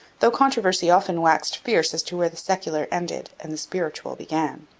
though controversy often waxed fierce as to where the secular ended and the spiritual began.